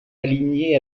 aligné